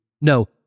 No